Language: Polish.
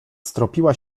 stropiła